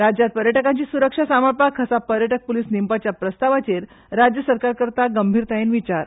राज्यांत पर्यटकांची सुरक्षा सांबाळपाक खासा पर्यटक पुलीस नेमपाच्या प्रस्तावाचेर राज्य सरकार करता गंभीरतायेन विचार